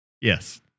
yes